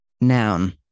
Noun